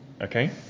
Okay